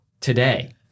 Today